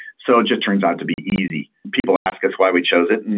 so it just turns out to be easy. people ask us why we chose it.